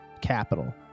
capital